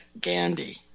Gandhi